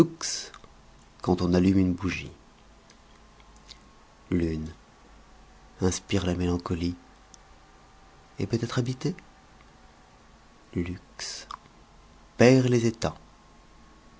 quand on allume une bougie lune inspire la mélancolie est peut-être habitée luxe perd les etats